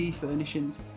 furnishings